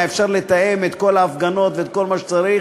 היה אפשר לתאם את כל ההפגנות ואת כל מה שצריך.